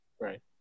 Right